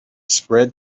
spread